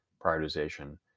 prioritization